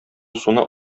суны